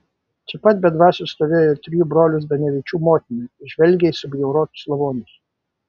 čia pat be dvasios stovėjo ir trijų brolių zdanevičių motina žvelgė į subjaurotus lavonus